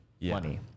money